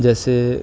جیسے